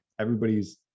Everybody's